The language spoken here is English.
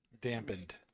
Dampened